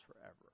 forever